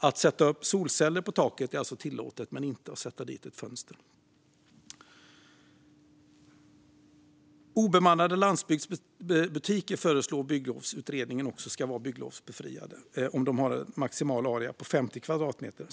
Att sätta upp solceller på taket är alltså tillåtet men inte att sätta dit ett fönster. Bygglovsutredningen föreslår också att obemannade landsbygdsbutiker ska vara bygglovsbefriade om de har en maximal area på 50 kvadratmeter.